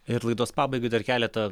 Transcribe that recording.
ir laidos pabaigai dar keletą